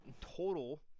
Total